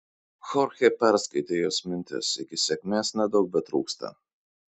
chorchė perskaitė jos mintis iki sėkmės nedaug betrūksta